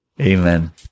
amen